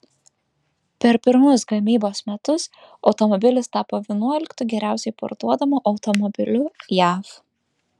per pirmus gamybos metus automobilis tapo vienuoliktu geriausiai parduodamu automobiliu jav